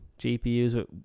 gpus